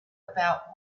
about